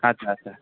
अच्छा अच्छा